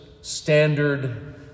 standard